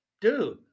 dude